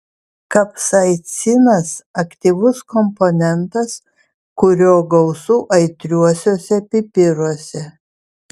kapsaicinas aktyvus komponentas kurio gausu aitriuosiuose pipiruose